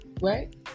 right